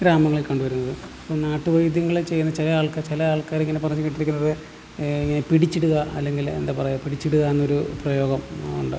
ഗ്രാമങ്ങളിൽ കണ്ടുവരുന്നത് അപ്പം നാട്ടുവൈദ്യങ്ങളിൽ ചെയ്യുന്ന ചില ആൾക്കാർ ചില ആൾക്കാരിങ്ങനെ പറഞ്ഞ് കേട്ടിരിക്കുന്നത് ഇങ്ങനെ പിടിച്ചിടുക അല്ലെങ്കിൽ എന്താ പറയുക പിടിച്ചിടുക എന്നൊരു പ്രയോഗം ഉണ്ട്